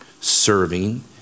serving